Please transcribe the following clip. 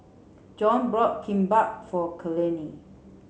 John bought Kimbap for Eleni